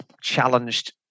challenged